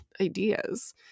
ideas